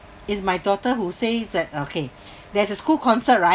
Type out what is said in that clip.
it's my daughter who says that okay there's a school concert right